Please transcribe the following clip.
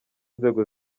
inzego